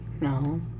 No